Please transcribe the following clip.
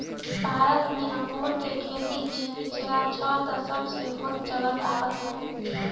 भारत में अंगूर के खेती पिछला छह दशक से होत चलत आवत हवे